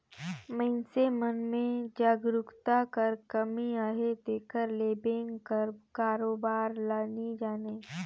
मइनसे मन में जागरूकता कर कमी अहे तेकर ले बेंक कर कारोबार ल नी जानें